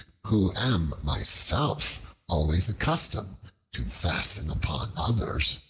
who am myself always accustomed to fasten upon others.